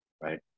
right